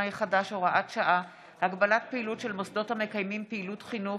החדש (הוראת שעה) (הגבלת פעילות של מוסדות המקיימים פעילות חינוך)